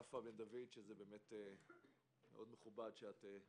יפה בן דויד, שמאד מכובד שאת פה